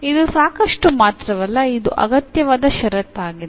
ಇದು ಸಾಕಷ್ಟು ಮಾತ್ರವಲ್ಲ ಇದು ಅಗತ್ಯವಾದ ಷರತ್ತಾಗಿದೆ